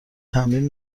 تمرین